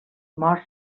mor